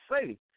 say